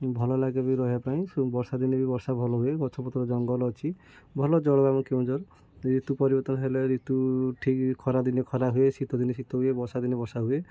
ଭଲ ଲାଗେ ବି ରହିବା ପାଇଁ ବର୍ଷା ଦିନେ ବି ବର୍ଷା ଭଲ ହୁଏ ଗଛପତ୍ର ଜଙ୍ଗଲ ଅଛି ଭଲ ଜଳବାୟୁ କେଉଁଝର ଋତୁ ପରିବର୍ତ୍ତନ ହେଲେ ଋତୁ ଠିକ୍ ଖରାଦିନେ ଖରା ହୁଏ ଶୀତଦିନେ ଶୀତ ହୁଏ ବର୍ଷା ଦିନେ ବର୍ଷା ହୁଏ